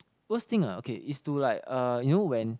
worst thing ah okay is to like uh you know when